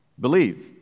Believe